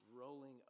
rolling